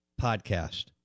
podcast